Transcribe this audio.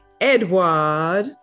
Edward